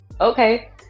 Okay